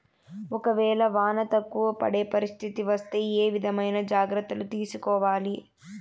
ఒక వేళ వాన తక్కువ పడే పరిస్థితి వస్తే ఏ విధమైన జాగ్రత్తలు తీసుకోవాలి?